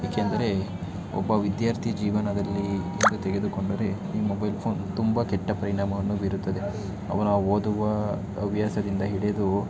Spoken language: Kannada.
ಏಕೆಂದರೆ ಒಬ್ಬ ವಿದ್ಯಾರ್ಥಿ ಜೀವನದಲ್ಲಿ ಎಂದು ತೆಗೆದುಕೊಂಡರೆ ಈ ಮೊಬೈಲ್ ಫೋನ್ ತುಂಬ ಕೆಟ್ಟ ಪರಿಣಾಮವನ್ನು ಬೀರುತ್ತದೆ ಅವನ ಓದುವ ಹವ್ಯಾಸದಿಂದ ಹಿಡಿದು